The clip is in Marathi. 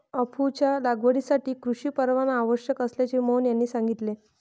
अफूच्या लागवडीसाठी कृषी परवाना आवश्यक असल्याचे मोहन यांनी सांगितले